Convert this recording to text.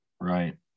Right